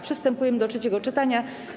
Przystępujemy do trzeciego czytania.